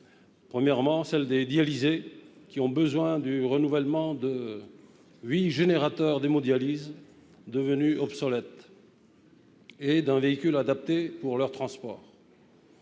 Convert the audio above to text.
Premièrement, celle des dialysés, qui ont besoin du renouvellement des huit générateurs d'hémodialyse devenus obsolètes et d'un véhicule adapté pour leur transport.